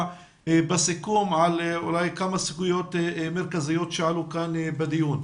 בסיכום על אולי כמה סוגיות מרכזיות שעלו כאן בדיון.